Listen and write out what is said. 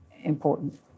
important